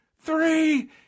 three